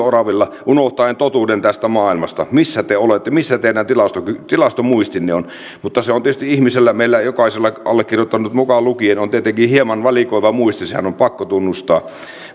oravilla unohtaen totuuden tästä maailmasta missä te olette missä teidän tilastomuistinne tilastomuistinne on tietysti ihmisellä meillä jokaisella allekirjoittanut mukaan lukien on hieman valikoiva muisti sehän on pakko tunnustaa